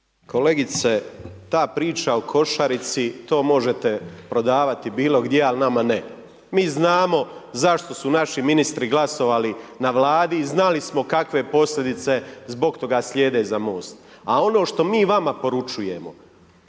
Kolegica, ta priča o košarici to možete prodavati bilo gdje, al' nama ne. Mi znamo zašto su naši ministri glasovali na Vladi i znali smo kakve posljedice zbog toga slijede za MOST, a ono što mi vama poručujemo,